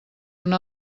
una